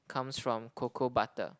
comes from cocoa butter